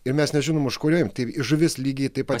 ir mes nežinom už kurio imt tai žuvis lygiai taip pat